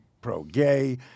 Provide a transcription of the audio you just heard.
pro-gay